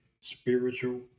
spiritual